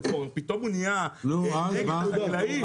פתאום הוא נהיה נגד החקלאים?